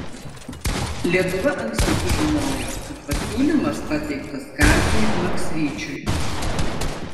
lietuva anksti sužinojo kad pasiūlymas pateiktas kaziui maksvyčiui